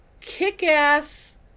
kick-ass